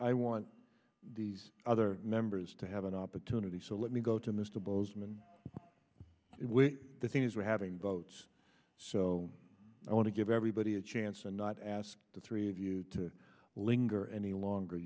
i want these other members to have an opportunity so let me go to mr bozeman the thing is we're having votes so i want to give everybody a chance and not ask the three of you to linger any longer